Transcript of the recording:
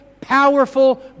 powerful